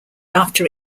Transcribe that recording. after